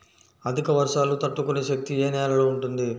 అధిక వర్షాలు తట్టుకునే శక్తి ఏ నేలలో ఉంటుంది?